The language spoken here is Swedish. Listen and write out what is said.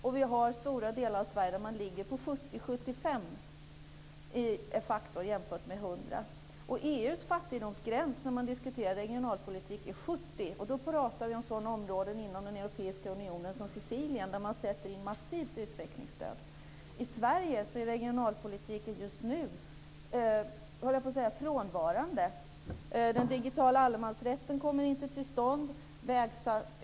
Men i stora delar av Sverige ligger man på faktor 70 75, jämfört med 100. När man inom EU diskuterar regionalpolitik är fattigdomsgränsen 70, och då pratar vi om sådana områden inom den europeiska unionen som Sicilien. Där sätter man in ett massivt utvecklingsstöd. I Sverige är regionalpolitiken just nu frånvarande, höll jag på att säga. Den digitala allemansrätten kommer inte till stånd.